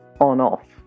on-off